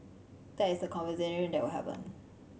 that is the conversation that will happen